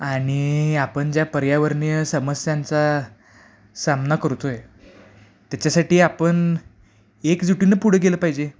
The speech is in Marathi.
आणि आपण ज्या पर्यावरणीय समस्यांचा सामना करतोय त्याच्यासाठी आपण एकजुटीनं पुढे गेलं पाहिजे